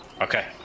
Okay